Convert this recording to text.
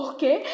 Okay